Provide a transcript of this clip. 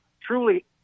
truly